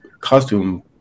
Costume